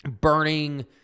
burning